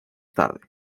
tarde